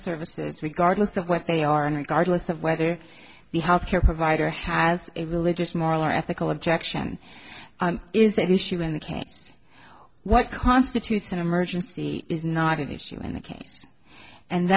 regardless of what they are in regard less of whether the health care provider has a religious moral or ethical objection is at issue in the case what constitutes an emergency is not an issue in the case and